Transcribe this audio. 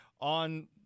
on